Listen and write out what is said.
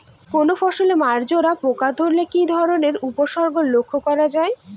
কোনো ফসলে মাজরা পোকা ধরলে কি ধরণের উপসর্গ লক্ষ্য করা যায়?